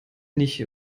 nicht